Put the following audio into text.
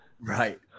Right